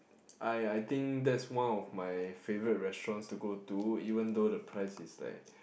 I I think that's one of my favourite restaurants to go to even though the price is like